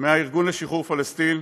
מהארגון לשחרור פלסטין,